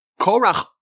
Korach